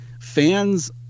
fans